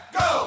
go